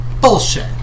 Bullshit